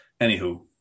anywho